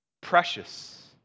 precious